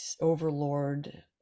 overlord